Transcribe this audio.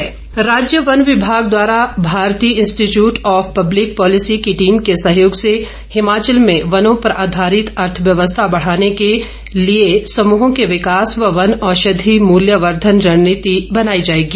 one विभाग राज्य वन विभाग द्वारा Bharti institute of public policy की टीम के सहयोग से हिमाचल में वनों पर आधारित अर्थव्यवस्था बढ़ाने के लिए समूहो के विकास व वन औषधी मूल्य वर्धन रणनीति बनाई जाएगी